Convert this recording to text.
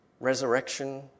Resurrection